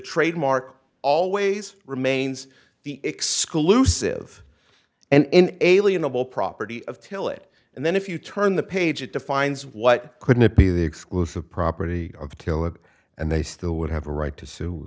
trademark always remains the exclusive and alienable property of till it and then if you turn the page it defines what couldn't be the exclusive property or kill it and they still would have a right to sue